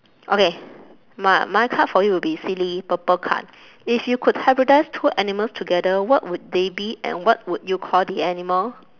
okay my my card for you will be silly purple card if you could hybridise two animals together what would they be and what would you call the animal